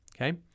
Okay